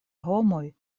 homoj